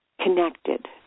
connected